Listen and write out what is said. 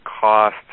cost